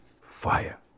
fire